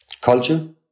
culture